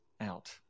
out